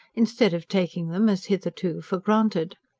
instead of taking them as hitherto for granted.